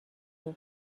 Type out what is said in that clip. nom